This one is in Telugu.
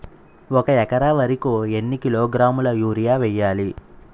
ఒక ఎకర వరి కు ఎన్ని కిలోగ్రాముల యూరియా వెయ్యాలి?